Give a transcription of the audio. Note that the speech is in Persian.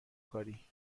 کاری